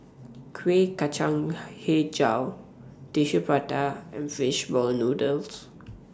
Kueh Kacang Hijau Tissue Prata and Fish Ball Noodles